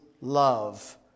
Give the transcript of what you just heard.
love